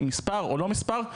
מספר או לא מספר,